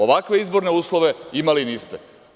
Ovakve izborne uslove imali niste.